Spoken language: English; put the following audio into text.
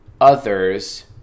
others